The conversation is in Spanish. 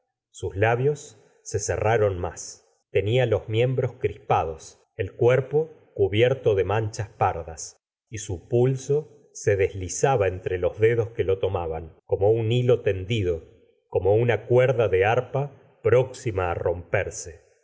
sus labios se cerraron más tenia los miembros crispados el cuerpo cubierto de manchas pardas y su pulso se desizaba entre los dedos que lo tomaban como un hilo tendido como una cuerda de a rpa próxima á romperse